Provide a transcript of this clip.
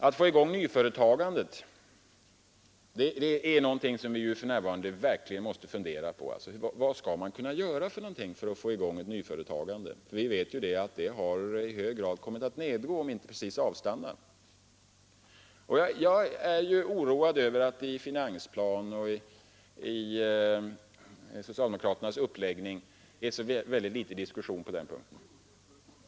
Att få i gång nyföretagande är någonting som vi för närvarande verkligen måste fundera på. Vad kan man göra för att få i gång nyföretagande? Vi vet ju att nystartandet av företag i hög grad har kommit att nedgå, även om det inte precis har avstannat. Jag är oroad över att det i finansplaner och i socialdemokraternas uppläggning är så föga diskussion på den punkten.